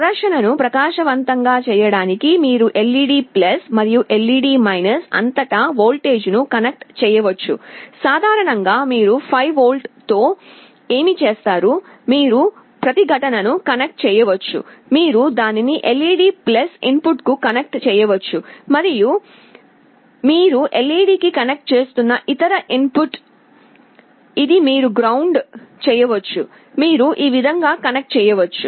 ప్రదర్శనను ప్రకాశవంతంగా చేయడానికి మీరు LED మరియు LED అంతటా వోల్టేజ్ను కనెక్ట్ చేయవచ్చు సాధారణంగా మీరు 5V తో ఏమి చేస్తారు మీరు ప్రతిఘటనను కనెక్ట్ చేయవచ్చు మీరు దానిని LED ఇన్పుట్కు కనెక్ట్ చేయవచ్చు మరియు మీరు LED కి కనెక్ట్ చేస్తున్న ఇతర ఇన్పుట్ ఇది మీరు గ్రౌండ్ చేయవచ్చు మీరు ఈ విధంగా కనెక్ట్ చేయవచ్చు